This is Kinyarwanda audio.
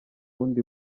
wundi